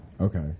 Okay